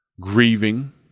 grieving